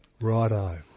Righto